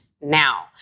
now